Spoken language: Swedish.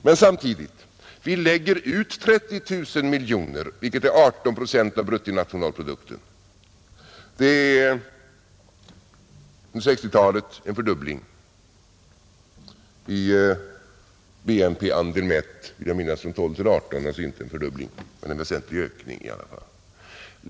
Men vi lägger redan ut för sociala ändamål 30 000 miljoner kronor vilket är 18 procent av bruttonationalprodukten. Det är om inte en fördubbling så dock en väsentlig ökning under 1960-talet i BNP-andel mätt, jag vill minnas från 12 till 18 procent.